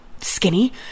skinny